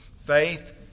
Faith